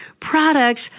products